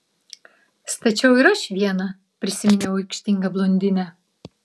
stačiau ir aš vieną prisiminiau aikštingą blondinę